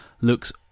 looks